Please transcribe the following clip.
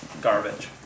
Garbage